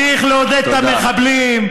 תמשיך לעודד את המחבלים.